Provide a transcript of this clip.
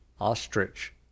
ostrich